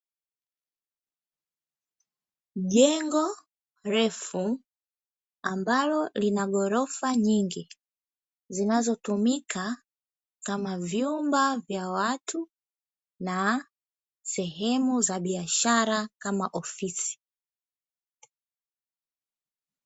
Jengo refu, ambalo lina ghorofa nyingi zinazotumika kama vyumba vya watu na sehemu za biashara kama ofisi.